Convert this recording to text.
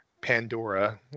Pandora